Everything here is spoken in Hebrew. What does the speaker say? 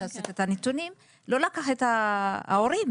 את ההורים.